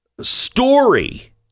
story